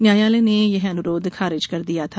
न्यायालय ने यह अनुरोध खारिज कर दिया था